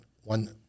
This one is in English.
one